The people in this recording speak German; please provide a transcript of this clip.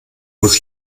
muss